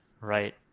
right